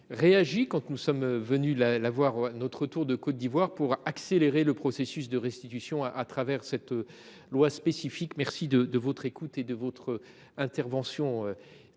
réagi quand nous sommes venus la voir notre tour de Côte d'Ivoire pour accélérer le processus de restitution à travers cette loi spécifique. Merci de votre écoute et de votre intervention